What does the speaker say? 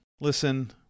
Listen